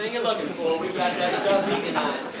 ah you're looking for, we've got that stuff veganized.